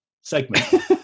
segment